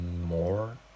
more